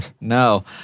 No